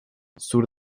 sur